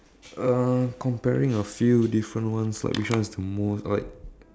uh comparing a few different ones like which one is the most like